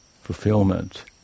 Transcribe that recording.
fulfillment